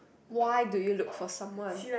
why do you look for someone